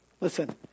listen